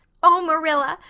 oh, marilla,